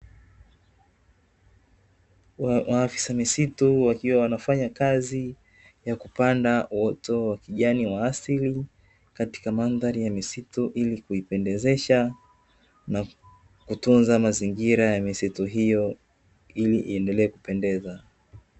Maafisa misitu wakiwa wanafanya kazi ya kupanda uoto wa kijani wa asili, katika mandhari ya misitu ili kuipendezesha na kutunza mazingira ya misitu hiyo ili iendelee kupendeza.